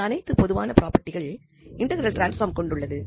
இந்த அனைத்து பொதுவான ப்ரொபெர்ட்டிகளை இன்டெக்ரல் டிரான்ஸ்பார்ம் கொண்டுள்ளது